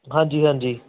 ਹਾਂਜੀ ਹਾਂਜੀ